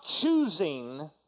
choosing